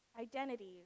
identities